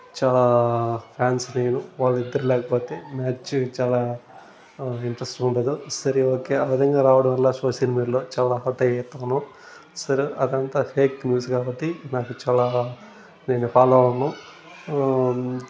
చా ఫాన్స్ నేను వాళ్ళిద్దరు లేకపోతే మ్యాచ్ చాలా ఇంట్రస్ట్ ఉండదు సరే ఒకే ఆ విధంగా రావడం వల్ల సోషల్ మీడియాలో చాలా సరే అదంతా ఫేక్ న్యూస్ కాబట్టి నాకు చాలా నేను ఫాలో అవ్వను